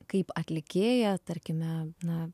kaip atlikėja tarkime na